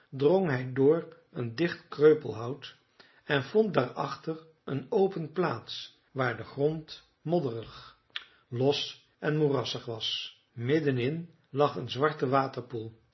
drong hij door een dicht kreupelhout en vond daarachter een open plaats waar de grond modderig los en moerassig was midden in lag een zwarte waterpoel